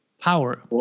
Power